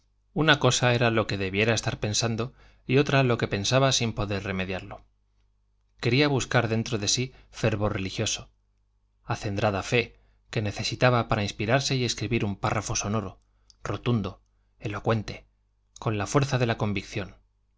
una cosa era lo que debiera estar pensando y otra lo que pensaba sin poder remediarlo quería buscar dentro de sí fervor religioso acendrada fe que necesitaba para inspirarse y escribir un párrafo sonoro rotundo elocuente con la fuerza de la convicción